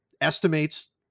estimates